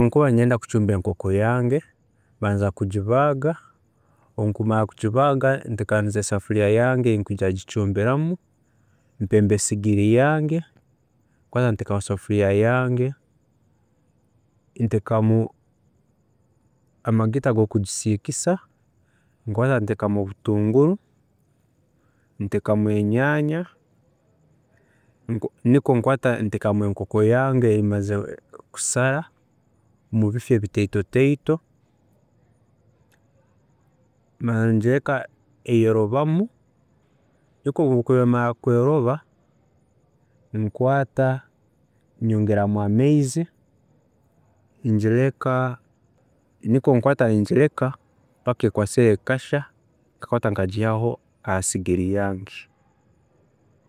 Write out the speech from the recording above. Obunkuba ninyenda kucumba enkoko yange, mbaanza kugibaaga, obunkumara kugibaaga nteekaniza esafuriya yange yokugicumbiramu, mpemba esigiri yange, nkwaata nteekaho esafuriya yange, nteekamu amagita gokugisiikisa, nkwaata nteekamu obutunguru, nteekamu enyanya, nikwo nkwaata nteekamu enkoko yange eyi mazire kusara mubifi ebitaito taito, mbaanza ngireka eyorobamu, nikwo obu erikumara kwooroba, nkwaata nyongeramu amaizi, ngireka paka ekwaasire ekashya nkakwaata nkagiihaho ahasigiri yange.